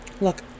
Look